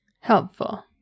Helpful